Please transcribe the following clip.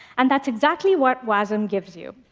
and that's exactly what wasm gives you.